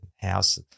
house –